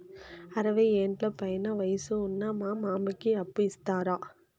అరవయ్యేండ్ల పైన వయసు ఉన్న మా మామకి అప్పు ఇస్తారా